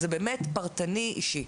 זה באמת פרטני אישי.